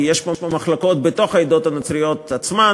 כי יש פה מחלוקות בתוך העדות הנוצריות עצמן